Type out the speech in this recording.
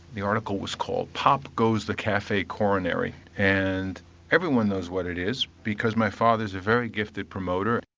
the article was called pop goes the cafe coronary and everyone knows what it is because my father is a very gifted promoter.